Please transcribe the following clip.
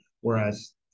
whereas